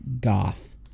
goth